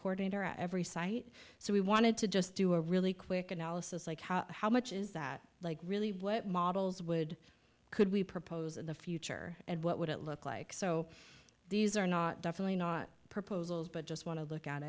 corner every site so we wanted to just do a really quick analysis like how how much is that like really what models would could we propose in the future and what would it look like so these are not definitely not proposals but just want to look at